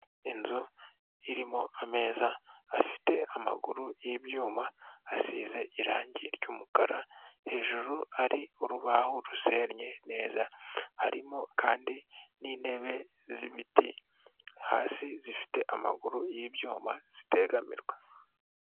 Inzu irimo ameza afite amaguru y'ibyuma asize irangi ry'umukara hejuru ari urubaho rusenye neza, harimo kandi n'intebe z'ibiti hasi zifite amaguru y'ibyuma zitegamirwa.